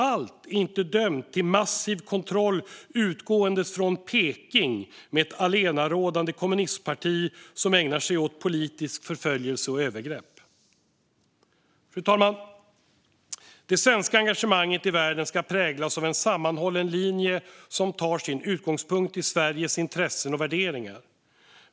Allt är inte dömt till massiv kontroll utgående från Peking med ett allenarådande kommunistparti som ägnar sig åt politisk förföljelse och övergrepp. Fru talman! Det svenska engagemanget i världen ska präglas av en sammanhållen linje som tar sin utgångspunkt i Sveriges intressen och värderingar.